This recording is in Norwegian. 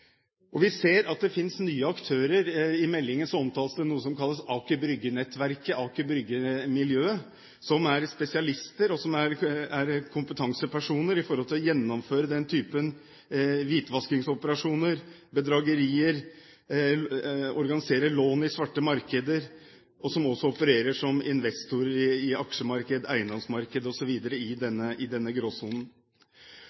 Og vi ser at det finnes nye aktører. I meldingen omtales noe som heter «Aker Brygge»-miljøet, som er spesialister og kompetansepersoner når det gjelder å gjennomføre den typen hvitvaskingsoperasjoner, bedragerier, organisere lån i svarte markeder, og som også opererer som investorer i aksjemarkeder og eiendomsmarkeder osv. i